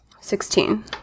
Sixteen